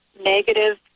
negative